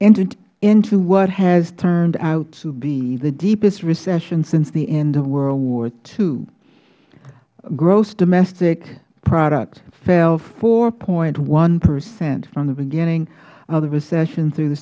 entered into what has turned out to be the deepest recession since the end of world war ii gross domestic product fell four point one percent from the beginning of the recession through the